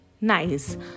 nice